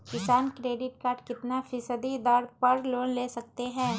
किसान credit card कितना फीसदी दर पर लोन ले सकते हैं?